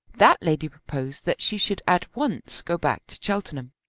that lady proposed that she should at once go back to cheltenham.